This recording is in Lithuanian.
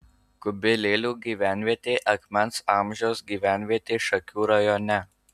kubilėlių gyvenvietė akmens amžiaus gyvenvietė šakių rajone